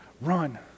run